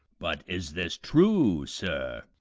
but is this true, sir?